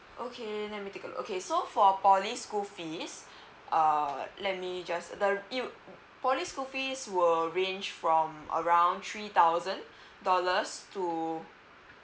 okay let me take a look uh okay so for poly school fees uh let me just the you for poly school fees were range from around three thousand dollars to